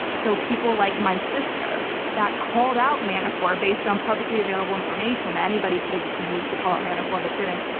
so people like my sister that called out manafort based on publicly available information that anybody could have used to call out manafort, but didn't,